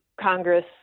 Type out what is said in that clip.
Congress